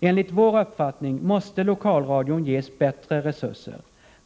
Enligt vår uppfattning måste lokalradion ges bättre resurser.